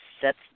sets